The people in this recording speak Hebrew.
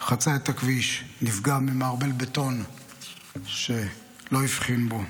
חצה את הכביש, ונפגע ממערבל בטון שלא הבחין בו.